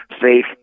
safe